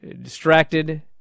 distracted